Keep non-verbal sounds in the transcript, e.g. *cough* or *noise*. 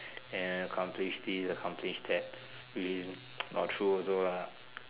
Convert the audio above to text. and accomplish this accomplish that which is *noise* not true also ah